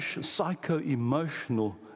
psycho-emotional